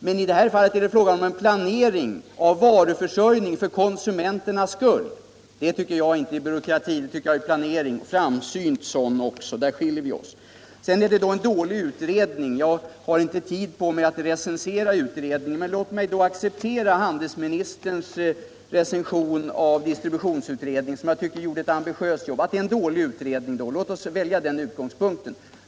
Men i det här ärendet är det fråga om en planering av varuförsörjning för konsumenternas skull. Det är inte byråkrati, det tycker jag är planering - och framsynt sådan. Där skiljer vi oss tydligen åt. Sedan är det alltså en dålig utredning, enligt handelsministern. Jag har inte tillräckligt med tid för att recensera utredningen. Men låt mig acceptera handelsministerns recension av distributionsutredningen —- som jag tyckte gjorde ett ambitiöst jobb — att det är en dålig utredning. Låt oss välja den utgångspunkten.